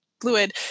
fluid